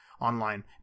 online